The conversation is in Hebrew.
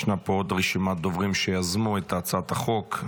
ישנה פה עוד רשימת דוברים שיזמו את הצעת החוק.